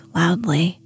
loudly